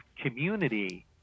community